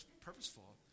purposeful